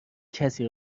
کسی